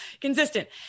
Consistent